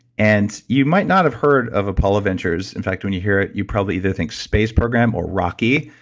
and you might not have heard of apollo ventures, in fact, when you hear it, you probably either think space program or rocky,